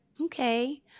Okay